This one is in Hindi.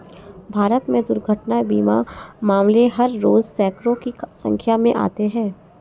भारत में दुर्घटना बीमा मामले हर रोज़ सैंकडों की संख्या में आते हैं